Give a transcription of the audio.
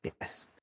Yes